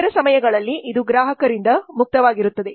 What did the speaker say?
ಇತರ ಸಮಯಗಳಲ್ಲಿ ಇದು ಗ್ರಾಹಕರಿಂದ ಮುಕ್ತವಾಗಿರುತ್ತದೆ